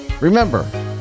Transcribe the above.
Remember